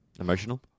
Emotional